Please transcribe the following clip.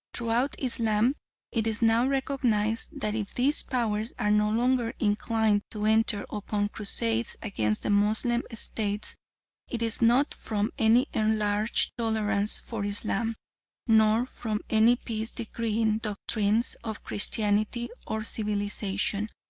throughout islam it is now recognised that if these powers are no longer inclined to enter upon crusades against the moslem states it is not from any enlarged tolerance for islam nor from any peace-decreeing doctrines of christianity or civilisation,